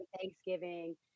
Thanksgiving